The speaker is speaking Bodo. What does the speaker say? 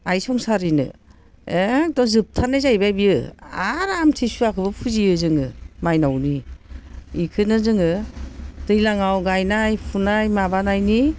आइ समसारिनो एकदम जोबथानाय जाहैबाय बियो आरो आमथि सुवाखौबो फुजियो जोङो माइनावनि बेखौनो जोंङो दैज्लांआव गायनाय फुनाय माबानायनि